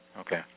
Okay